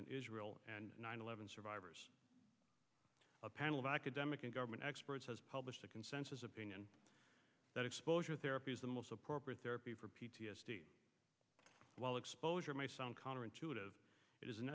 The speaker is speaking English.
in israel and nine eleven survivors a panel of academic and government experts has published a consensus opinion that exposure therapy is the most appropriate therapy for p t s d while exposure may sound counterintuitive i